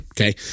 Okay